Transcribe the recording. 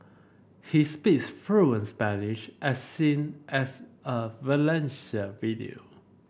he speaks fluent Spanish as seen as a Valencia video